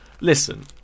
listen